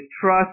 trust